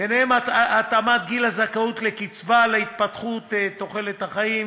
ביניהם התאמת גיל הזכאות לקצבה להתפתחות תוחלת החיים